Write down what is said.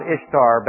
Ishtar